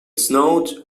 snowed